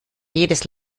jedes